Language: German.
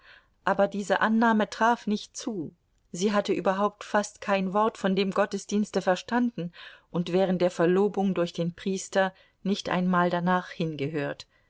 aber diese annahme traf nicht zu sie hatte überhaupt fast kein wort von dem gottesdienste verstanden und während der verlobung durch den priester nicht einmal danach hingehört